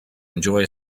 enjoy